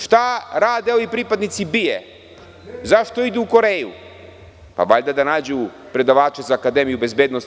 Šta rade ovi pripadnici BIA, zašto idu u Koreju?“ Pa valjda da nađu predavače za akademiju bezbednosti.